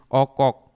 okok